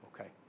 okay